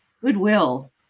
goodwill